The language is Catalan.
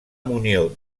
munió